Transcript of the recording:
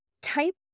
Type